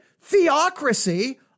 theocracy